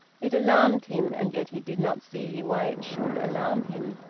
it alarmed him, and yet he did not see why it should alarm him.